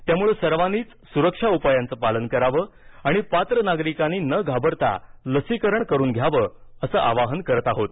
त्यामुळे सर्वांनीच सुरक्षा उपायांचं पालन करावं आणि पात्र नागरिकांनी न घाबरता लसीकरण करून घ्यावं असं आवाहन करत आहोत